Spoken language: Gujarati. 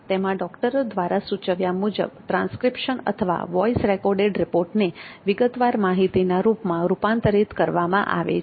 તેમાં ડોક્ટરો દ્વારા સૂચવ્યા મુજબ ટ્રાંસ્ક્રિપ્શન અથવા વોઈસ રેકોર્ડેડ રિપોર્ટને વિગતવાર માહિતીના રૂપમાં રૂપાંતરિત કરવામાં આવે છે